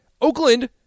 Oakland